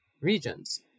regions